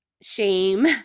shame